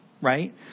right